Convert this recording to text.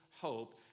hope